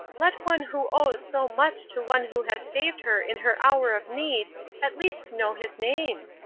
let one who owes so much to one who has saved her in her hour of need at least know his name.